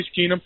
Keenum